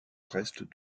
reste